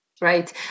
Right